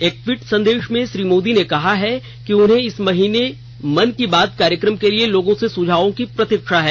एक टवीट संदेश में श्री मोदी ने कहा है उन्हें इस महीने के मन की बात कार्यक्रम के लिए लोगों से सुझायों की प्रतीक्षा है